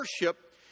worship